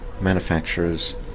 manufacturers